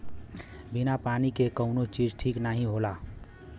बिना पानी के कउनो चीज ठीक नाही होला